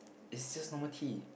it's just normal tea